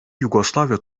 yugoslavya